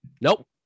Nope